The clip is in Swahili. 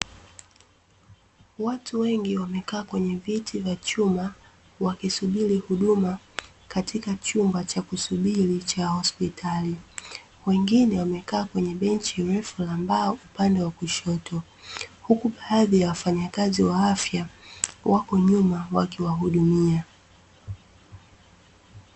Watu wengi wamekaa kwenye viti vya chuma, wakisubiri huduma katika chumba cha kusubiri cha hospitali. Wengine wamekaa kwenye benchi refu la mbao upande wa kushoto, huku baadhi ya wafanyakazi wa afya wako nyuma wakiwahudumia.